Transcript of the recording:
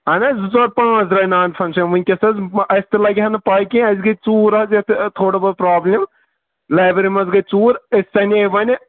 اَہَن حظ زٕ ژور پانٛژھ درٛایہِ نوَن فنٛگشن ؤنکیٚس حظ اَسہِ تہِ لگہِ ہے نہٕ پَے کیٚنٛہہ اَسہِ گٔے ژوٗر حظ یَتھ تھوڑا بہت پرٛابلِم لیبریری منٛز گٔے ژوٗر أسۍ سَنٕے وَنہِ